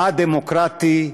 מה דמוקרטי,